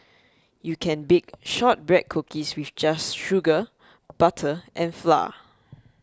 you can bake Shortbread Cookies with just sugar butter and flour